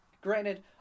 granted